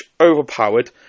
overpowered